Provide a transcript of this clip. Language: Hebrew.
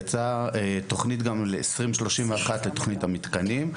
גם יצאה תכנית ל-2031 לתכנית המתקנים.